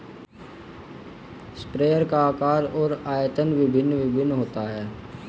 sprayer का आकार और आयतन भिन्न भिन्न होता है